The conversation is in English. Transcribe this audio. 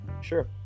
Sure